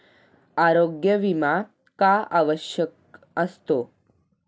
आरोग्य विमा का आवश्यक असतो?